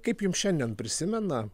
kaip jum šiandien prisimena